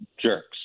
jerks